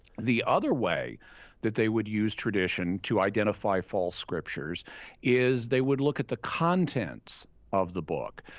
the other way that they would use tradition to identify false scriptures is, they would look at the content of the book.